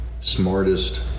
smartest